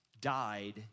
died